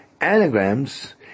anagrams